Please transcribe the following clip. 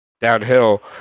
downhill